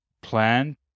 plan